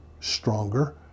stronger